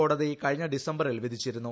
കോടതി കഴിഞ്ഞ ഡിസംബറിൽ വിധിച്ചിരുന്നു